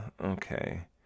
Okay